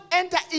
enter